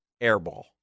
airball